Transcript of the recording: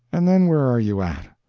and then where are you at?